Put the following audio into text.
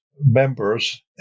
members